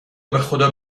بخدا